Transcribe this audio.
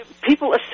People